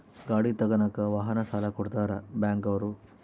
ಗಾಡಿ ತಗನಾಕ ವಾಹನ ಸಾಲ ಕೊಡ್ತಾರ ಬ್ಯಾಂಕ್ ಅವ್ರು